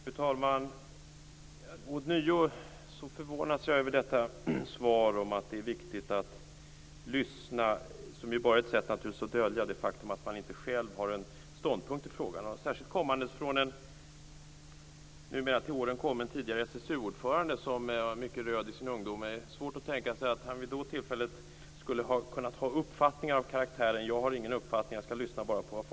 Fru talman! Ånyo förvånas jag över svaret att det är viktigt att lyssna. Det är bara ett sätt att dölja det faktum att man inte själv har en ståndpunkt i frågan. Detta gäller särskilt när det kommer från en nu till åren kommen tidigare SSU-ordförande som var mycket röd i sin ungdom. Jag har svårt att tänka mig att han då skulle ha uppfattning av karaktären: "Jag har ingen uppfattning. Jag skall lyssna på vad folk tycker."